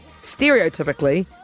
stereotypically